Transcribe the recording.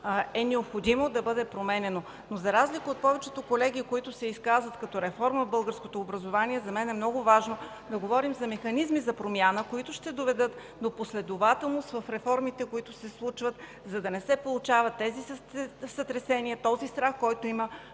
е необходимо да бъде променяно, но за повечето колеги, които се изказват като за реформа в българското образование, за мен е много важно да говорим за механизми за промяна, които ще доведат до последователност в реформите, които се случват, за да не се получават тези сътресения и този страх, който имат